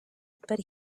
but